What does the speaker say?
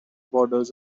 borders